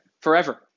Forever